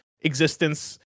existence